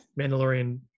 mandalorian